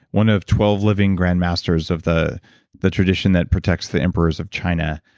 one of twelve living grandmasters of the the tradition that protects the emperors of china,